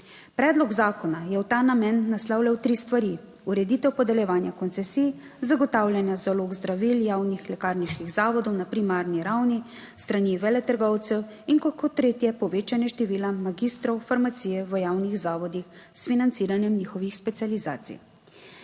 Predlog zakona je v ta namen naslavljal tri stvari: ureditev podeljevanja koncesij, zagotavljanja zalog zdravil javnih lekarniških zavodov na primarni ravni s strani veletrgovcev in kot tretje, povečanje števila magistrov farmacije v javnih zavodih s financiranjem njihovih specializacij.